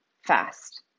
fast